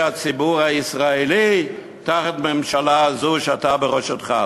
הציבור הישראלי תחת ממשלה זו שבראשותך.